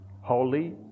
holy